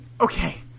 Okay